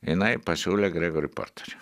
jinai pasiūlė gregorį porterį